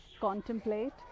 contemplate